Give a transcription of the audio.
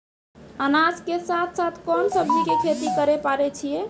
अनाज के साथ साथ कोंन सब्जी के खेती करे पारे छियै?